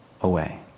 away